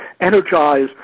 energize